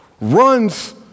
runs